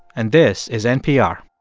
and this is npr